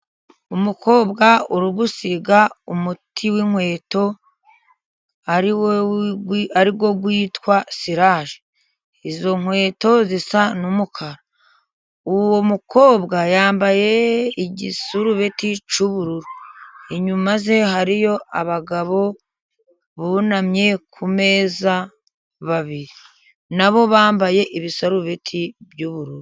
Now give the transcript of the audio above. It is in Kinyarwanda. Umukobwa uri gusiga umuti w'inkweto ari wo witwa siraje. Izo nkweto zisa n'umukara. Uwo mukobwa yambaye igisurubeti cy'ubururu, inyuma ye hariyo abagabo bunamye ku meza babiri. Na bo bambaye ibisarubeti by'ubururu.